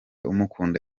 umukunda